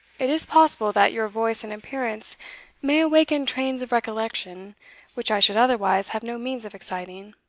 it is possible that your voice and appearance may awaken trains of recollection which i should otherwise have no means of exciting.